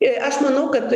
ir aš manau kad